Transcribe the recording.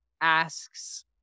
asks